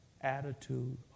attitude